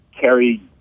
carry